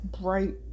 bright